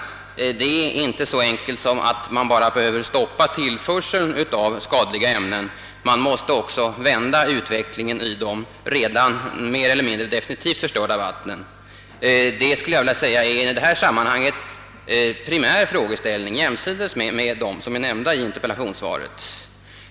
Saken är inte så enkel som att man bara behöver stoppa tillförseln av skadliga ämnen — man måste också vända utvecklingen i de redan mer eller mindre definitivt förstörda vattnen. Detta är, skulle jag vilja säga, en i sammanhanget primär frågeställning jämsides med dem som är nämnda i interpellationssvaret.